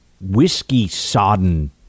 whiskey-sodden